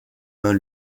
mains